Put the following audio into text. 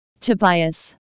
Tobias